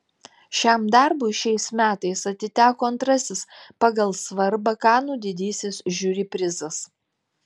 šiam darbui šiais metais atiteko antrasis pagal svarbą kanų didysis žiuri prizas